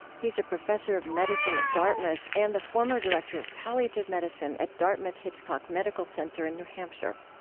he is a professor of medicine at dartmouth and the former director of palliative medicine at dartmouth-hitchcock medical center in new hampshire.